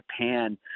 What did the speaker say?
Japan